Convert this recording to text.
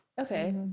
okay